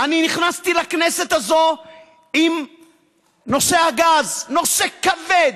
אני נכנסתי לכנסת הזאת עם נושא הגז, נושא כבד,